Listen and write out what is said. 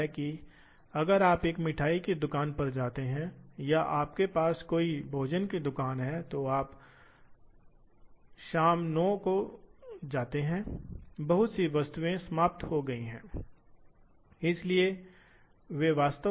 तो एक मूल इकाई लंबाई इकाई है मान लीजिए कि आपके पास एक शाफ्ट एनकोडर है इसलिए शाफ्ट एनकोडर कहता है प्रति क्रांति 500 दालों हमें ऐसा करने दें